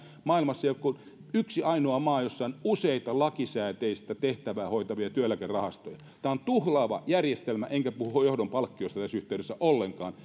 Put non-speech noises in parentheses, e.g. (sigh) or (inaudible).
maailmassa ei ole kuin yksi ainoa maa jossa on useita lakisääteistä tehtävää hoitavia työeläkerahastoja tämä on tuhlaava järjestelmä enkä puhu johdon palkkioista tässä yhteydessä ollenkaan (unintelligible)